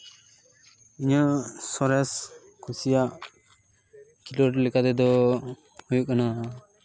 ᱤᱧᱟᱹᱜ ᱥᱚᱨᱮᱥ ᱠᱩᱥᱤᱭᱟᱜ ᱠᱷᱮᱞᱳᱰ ᱞᱮᱠᱟ ᱛᱮᱫᱚ ᱦᱩᱭᱩᱜ ᱠᱟᱱᱟ